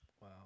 Wow